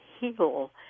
heal